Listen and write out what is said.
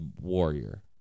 warrior